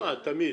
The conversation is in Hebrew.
אה, תמיד.